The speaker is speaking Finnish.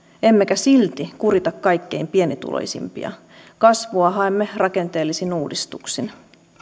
emmekä silti kurita kaikkein pienituloisimpia kasvua haemme rakenteellisin uudistuksin